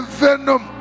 venom